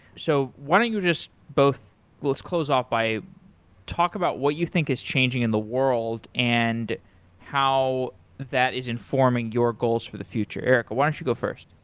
so why don't you just both let's close off by talk about what you think is changing in the world and how that is informing your goals for the future. erikca, why don't you go first?